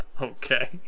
Okay